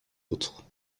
autres